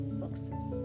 success